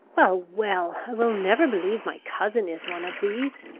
well, well, i will never believe my cousin is one of these.